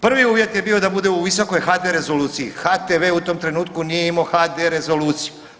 Prvi uvjet je bio da bude u visokoj HD-e rezoluciji.“ HTV-e u tom trenutku nije imao HD-e rezoluciju.